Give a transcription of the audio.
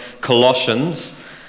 Colossians